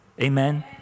Amen